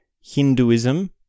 Hinduism